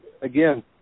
again